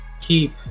keep